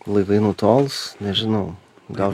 laivai nutols nežinau gal